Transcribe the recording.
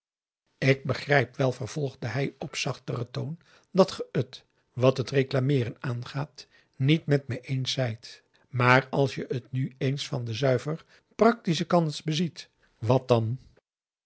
ik begrijp wel vervolgde hij op zachteren toon dat ge het wat t reclameeren aangaat niet met me eens zijt maar als je het nu eens van den zuiver practischen kant beziet wat dan